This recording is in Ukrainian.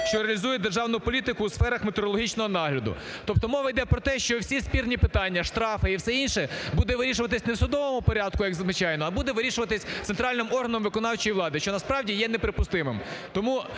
що реалізує державну політику у сферах метрологічного нагляду. Тобто мова йде про те, що всі спірні питання, штрафи і все інше буде вирішуватись не в судовому порядку як звичайно, а буде вирішуватись центральним органом виконавчої влади, що насправді є неприпустимим.